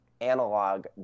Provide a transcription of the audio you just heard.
analog